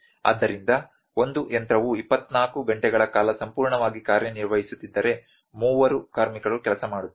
ಆದ್ದರಿಂದ ಒಂದು ಯಂತ್ರವು 24 ಗಂಟೆಗಳ ಕಾಲ ಸಂಪೂರ್ಣವಾಗಿ ಕಾರ್ಯನಿರ್ವಹಿಸುತ್ತಿದ್ದರೆ ಮೂವರು ಕಾರ್ಮಿಕರು ಕೆಲಸ ಮಾಡುತ್ತಾರೆ